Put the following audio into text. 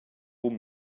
buca